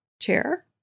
chair